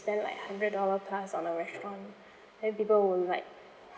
spend like hundred dollar plus on a restaurant then people will like